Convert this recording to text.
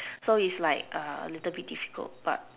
so it's like a little bit difficult but